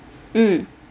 mm